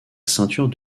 ceinture